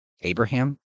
Abraham